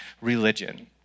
religion